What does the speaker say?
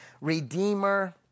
Redeemer